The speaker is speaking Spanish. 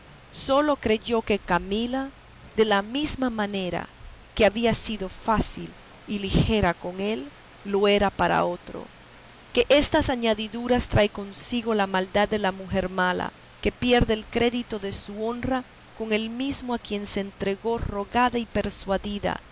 sólo creyó que camila de la misma manera que había sido fácil y ligera con él lo era para otro que estas añadiduras trae consigo la maldad de la mujer mala que pierde el crédito de su honra con el mesmo a quien se entregó rogada y persuadida